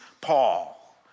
Paul